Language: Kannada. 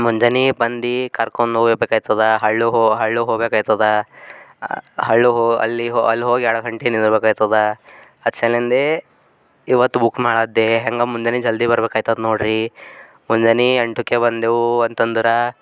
ಮುಂಜಾನೆ ಬಂದು ಕರ್ಕೊಂಡು ಹೋಗ್ಬೇಕಾಯ್ತದ ಹಳ್ಳಿಗೆ ಹೋ ಹಳ್ಳಿಗೆ ಹೋಗ್ಬೇಕಾಯ್ತದ ಹಳ್ಳಿಗೆ ಹೋ ಅಲ್ಲಿ ಹೋ ಅಲ್ಲಿ ಹೋಗಿ ಎರಡು ಗಂಟೆ ನಿಂದಿರ್ಬೇಕಾಯ್ತದ ಅದ್ಸಲಿಂದೆ ಇವತ್ತು ಬುಕ್ ಮಾಡಿದೆ ಹೆಂಗೆ ಮುಂಜಾನೆ ಜಲ್ದಿ ಬರ್ಬೇಕಾಯ್ತದ ನೋಡ್ರಿ ಮುಂಜಾನೆ ಎಂಟಕ್ಕೆ ಬಂದೆವು ಅಂತಂದ್ರೆ